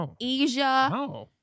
Asia